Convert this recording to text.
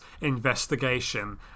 investigation